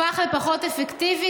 הפך לפחות אפקטיבי,